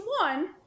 one